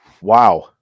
wow